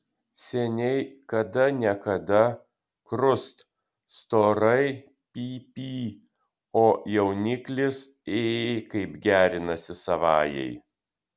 seniai kada ne kada krust storai py py o jauniklis ė kaip gerinasi savajai